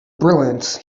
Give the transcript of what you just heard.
brilliance